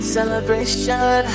Celebration